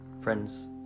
Friends